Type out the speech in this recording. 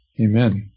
Amen